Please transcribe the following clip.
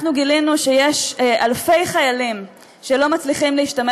אנחנו גילינו שיש אלפי חיילים שלא מצליחים להשתמש